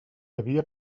havia